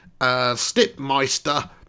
Stipmeister